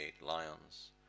lions